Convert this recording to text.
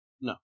No